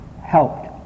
helped